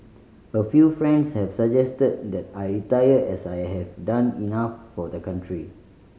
a few friends have suggested that I retire as I have done enough for the country